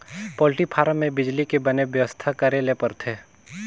poultry farm में बिजली के बने बेवस्था करे ले परथे